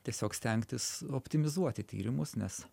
tiesiog stengtis optimizuoti tyrimus nes